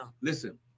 Listen